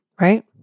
Right